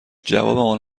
جواب